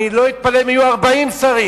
אני לא אתפלא אם יהיו 40 שרים.